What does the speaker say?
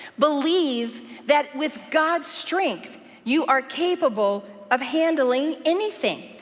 believe that with god's strength you are capable of handling anything.